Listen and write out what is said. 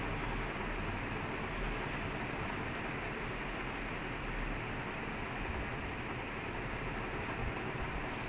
ya I mean okay lah still got like a few lah and plus he got ya ya he will be fine lah I am happy that he making money